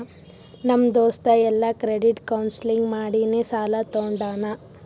ನಮ್ ದೋಸ್ತ ಎಲ್ಲಾ ಕ್ರೆಡಿಟ್ ಕೌನ್ಸಲಿಂಗ್ ಮಾಡಿನೇ ಸಾಲಾ ತೊಂಡಾನ